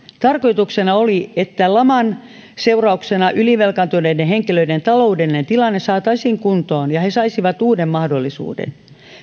tarkoituksena oli että laman seurauksena ylivelkaantuneiden henkilöiden taloudellinen tilanne saataisiin kuntoon ja he saisivat uuden mahdollisuuden